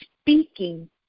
speaking